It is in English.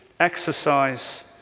Exercise